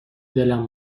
دلم